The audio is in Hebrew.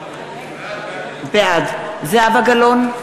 בעד זהבה גלאון,